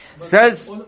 says